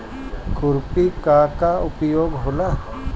खुरपी का का उपयोग होला?